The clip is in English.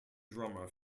drummer